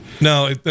No